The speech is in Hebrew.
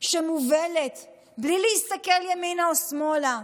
שמובלת בלי להסתכל ימינה ושמאלה,